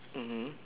mmhmm